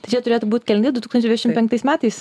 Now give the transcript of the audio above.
tai turėtų būti keli du tūkstančisi dvidešimt penktais metais